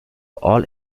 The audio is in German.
all